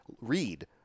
read